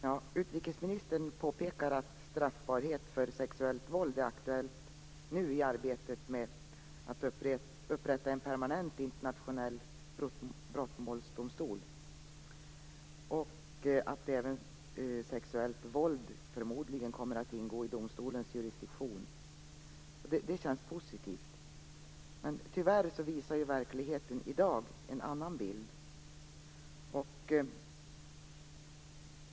Herr talman! Utrikesministern påpekar att straffbarhet för sexuellt våld nu är aktuellt i arbetet med att upprätta en permanent internationell brottmålsdomstol och även att sexuellt våld förmodligen kommer att ingå i domstolens jurisdiktion. Det känns positivt, men tyvärr uppvisar verkligheten i dag en annan bild.